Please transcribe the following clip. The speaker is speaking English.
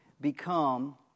become